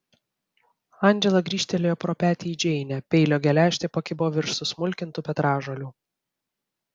andžela grįžtelėjo pro petį į džeinę peilio geležtė pakibo virš susmulkintų petražolių